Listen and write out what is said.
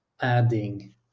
adding